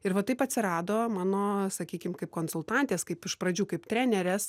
ir va taip atsirado mano sakykim kaip konsultantės kaip iš pradžių kaip trenerės